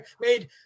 made